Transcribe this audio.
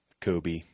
Kobe